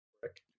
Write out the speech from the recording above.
brick